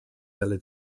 dalle